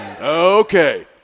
Okay